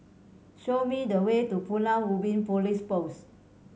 show me the way to Pulau Ubin Police Post